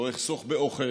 לא אחסוך באוכל,